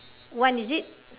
one is it